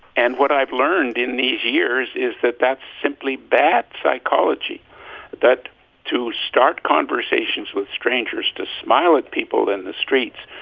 and what i've learned in these years is that that's simply bad psychology that to start conversations with strangers, to smile at people in the streets,